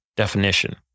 definition